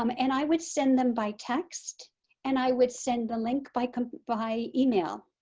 um and i would send them by text and i would send the link by by email.